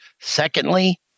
Secondly